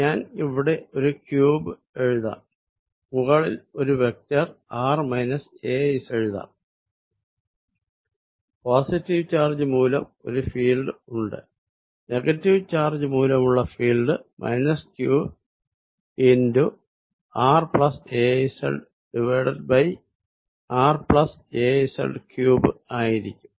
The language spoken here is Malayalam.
ഞാൻ ഇവിടെ ഒരു ക്യൂബ് എഴുതാം മുകളിൽ ഒരു വെക്ടർ എഴുതാം പോസിറ്റീവ് ചാർജ് മൂലം ഒരു ഫീൽഡ് ഉണ്ട് നെഗറ്റീവ് ചാർജ് മൂലമുള്ള field q r az r az 3 ആയിരിക്കും